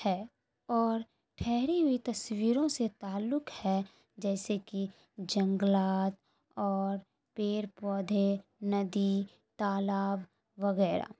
ہے اور ٹھہری ہوئی تصویروں سے تعلق ہے جیسے کہ جنگلات اور پیڑ پودے ندی تالاب وغیرہ